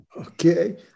Okay